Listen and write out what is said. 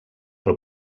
però